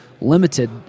limited